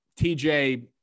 TJ